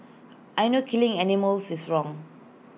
I know killing animals is wrong